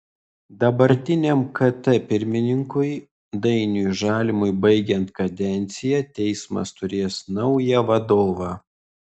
dabartiniam kt pirmininkui dainiui žalimui baigiant kadenciją teismas turės naują vadovą